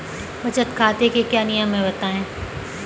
बचत खाते के क्या नियम हैं बताएँ?